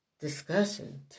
discussion